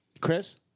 Chris